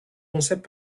concepts